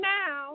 now